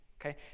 Okay